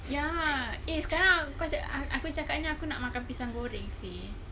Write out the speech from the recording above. ya eh sekarang aku aku cakap ni aku nak makan pisang goreng seh